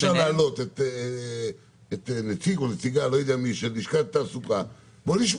אז אני מבקש,